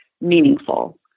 meaningful